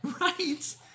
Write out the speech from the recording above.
Right